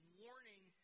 warning